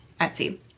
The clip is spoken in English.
etsy